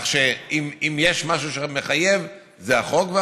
כך שאם יש משהו שמחייב זה החוק,